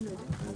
בשעה